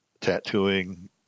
tattooing